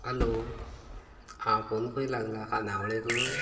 hello हां phone खंय लागला खानावळींक